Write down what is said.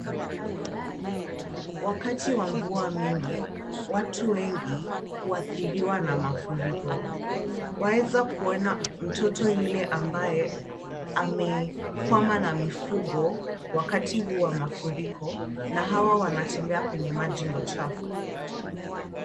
Wakati wa mvua mingi watu wengi huathiriwa na mafuriko waeza kuona mtoto yule ambaye amekwama na mifugo wakati huu wa mafuriko na hawa wanatembea kwenye maji machafu.